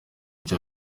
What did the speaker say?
icyo